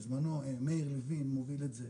בזמנו עורך דין מאיר לוין הוביל את זה,